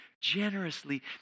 generously